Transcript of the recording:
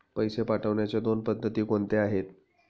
पैसे पाठवण्याच्या दोन पद्धती कोणत्या आहेत?